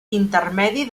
intermedi